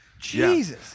Jesus